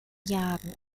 jagen